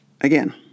Again